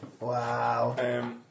wow